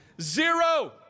zero